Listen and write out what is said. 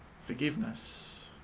forgiveness